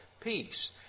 peace